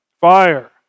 fire